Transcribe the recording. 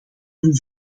hun